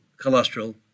cholesterol